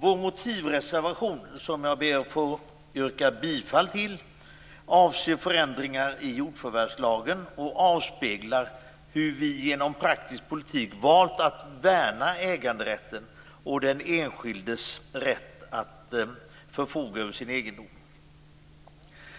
Vår motivreservation, som jag ber att få yrka bifall till, avser förändringar i jordförvärvslagen och avspeglar hur vi genom praktisk politik har valt att värna äganderätten och den enskildes rätt att förfoga över sin egendom.